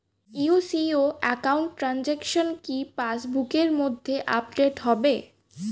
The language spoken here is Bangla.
ইউ.সি.ও একাউন্ট ট্রানজেকশন কি পাস বুকের মধ্যে আপডেট হবে?